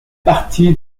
partie